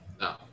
no